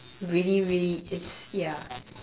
really really it's ya